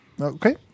Okay